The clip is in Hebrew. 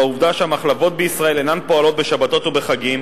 והעובדה שהמחלבות בישראל אינן פועלות בשבתות ובחגים,